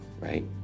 right